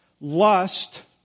lust